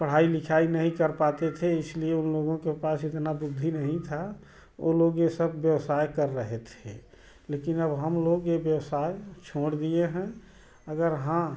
पढ़ाई लिखाई नहीं कर पाते थे इसलिए उन लोगों के पास इतना बुद्धि नहीं था वो लोग ये सब व्यवसाय कर रहे थे लेकिन अब हम लोग ये व्यवसाय छोड़ दिए हैं अगर हाँ